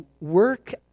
work